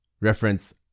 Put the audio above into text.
Reference